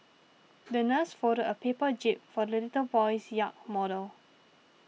the nurse folded a paper jib for the little boy's yacht model